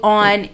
on